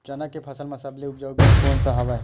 चना के फसल म सबले उपजाऊ बीज कोन स हवय?